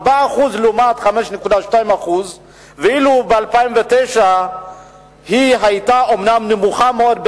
4% לעומת 5.2% ואילו ב-2009 היא היתה אומנם נמוכה מאוד,